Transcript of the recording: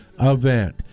event